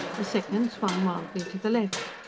a second swung wildly to the left.